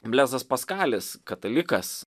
blezas paskalis katalikas